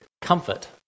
Comfort